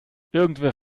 irgendwer